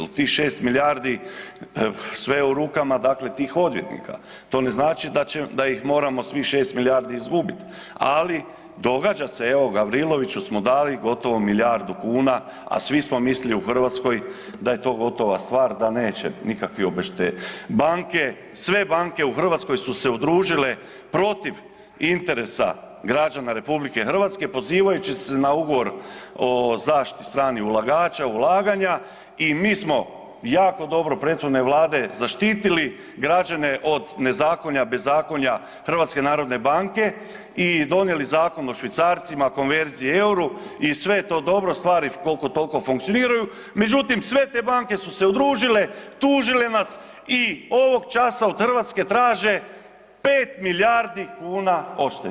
U tih 6 milijardi sve je rukama dakle tih odvjetnika, to ne znači da ih moramo svih 6 milijardi izgubiti, ali događa se evo Gavriloviću smo dali gotovo milijardu kuna, a svi smo mislili u Hrvatskoj da je to gotova stvar da neće nikakvih obešte, banke sve banke u Hrvatskoj su se udružile protiv interesa građana RH pozivajući se na ugovor o zaštiti stranih ulagača, ulaganja i mi smo jako dobro prethodne vlade zaštitili građane od nezakonja, bezakonja HNB-a i donijeli zakon o švicarcima, konverziji EUR-u i sve je to dobro, stvari koliko toliko funkcioniraju međutim sve te banke su se udružile, tužile nas i ovog časa od Hrvatske traže 5 milijardi kuna odštete.